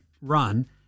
run